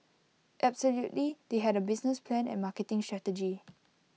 absolutely they had A business plan and marketing strategy